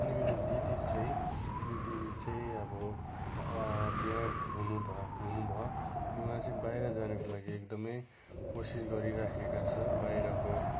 अनि मेरो दिदी चाहिँ मेरो दिदी चाहिँ अब बिहा हुनु भयो हुनु भयो अनि उहाँ चाहिँ बाहिर जानको लागि एकदमै कोसिस गरिरहेका छ बाहिरको